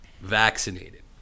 vaccinated